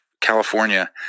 California